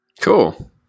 Cool